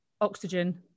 oxygen